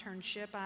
internship